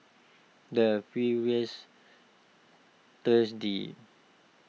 the previous thursday